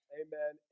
amen